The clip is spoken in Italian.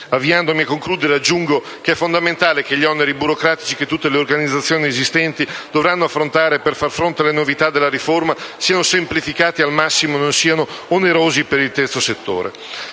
Avviandomi a concludere, aggiungo che è fondamentale che gli oneri burocratici che tutte le organizzazioni esistenti dovranno affrontare per far fronte alle novità della riforma siano semplificati al massimo e non siano onerosi per il terzo settore.